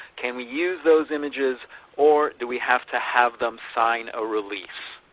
can we use those images or do we have to have them sign a release?